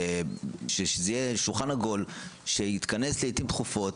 יהיה שולחן עגול שיתכנס לעתים דחופות,